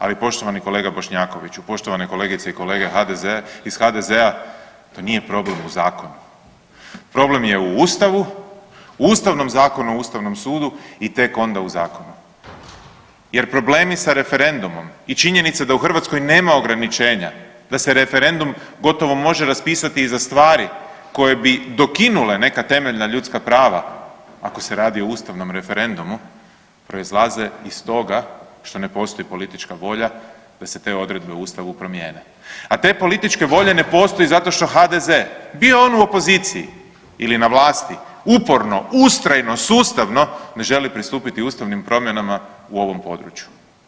Ali poštovani kolega Bošnjakoviću, poštovane kolegice i kolege iz HDZ-a, to nije problem u zakonu, problem je u ustavu, u Ustavnom zakonu o ustavnom sudu i tek onda u zakonu jer problemi sa referendumom i činjenica da u Hrvatskoj nema ograničenja da se referendum gotovo može raspisati i za stvari koje bi dokinule neka temeljna ljudska prava ako se radi o ustavnom referendumu proizlaze iz toga što ne postoji politička volja da se te odredbe u ustavu promijene, a te političke volje ne postoji zato što HDZ bio on u opoziciji ili na vlasti uporno, ustrajno, sustavno ne želi pristupiti ustavnim promjenama u ovom području.